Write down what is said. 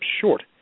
short